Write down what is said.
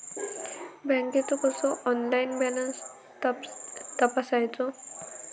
बँकेचो कसो online balance तपासायचो?